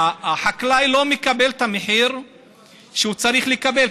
החקלאי לא מקבל את המחיר שהוא צריך לקבל.